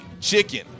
chicken